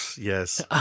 yes